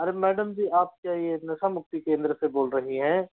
अरे मैडम जी आप क्या ये नशा मुक्ति केंद्र से बोल रही हैं